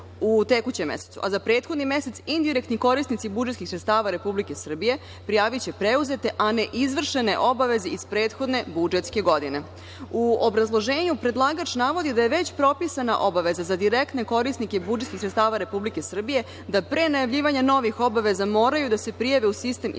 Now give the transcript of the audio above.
u tekućem mesecu, a za prethodni mesec, indirektni korisnici budžetskih sredstava Republike Srbije prijaviće preuzete, a ne izvršene obaveze iz prethodne budžetske godine.U obrazloženju predlagač navodi da je već propisana obaveza za direktne korisnike budžetskih sredstava Republike Srbije da pre najavljivanja novih obaveza moraju da se prijave u sistem izvršenja